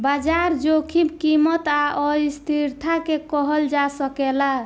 बाजार जोखिम कीमत आ अस्थिरता के कहल जा सकेला